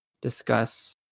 discuss